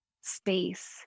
space